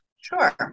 Sure